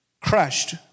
crushed